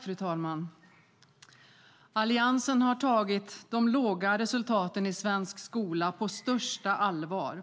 Fru talman! Alliansen har tagit de låga resultaten i svensk skola på största allvar